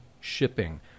shipping